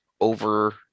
over